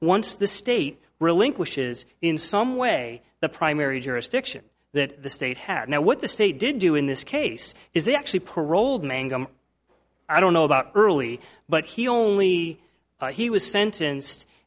once the state relinquishes in some way the primary jurisdiction that the state had now what the state did do in this case is they actually paroled mangum i don't know about early but he only he was sentence